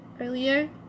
earlier